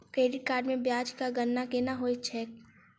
credit card मे ब्याजक गणना केना होइत छैक